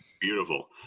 beautiful